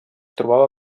trobava